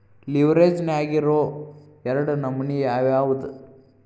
ಲಿವ್ರೆಜ್ ನ್ಯಾಗಿರೊ ಎರಡ್ ನಮನಿ ಯಾವ್ಯಾವ್ದ್?